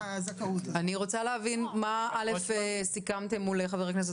אני רוצה להבין מה סיכמתם מול חבר הכנסת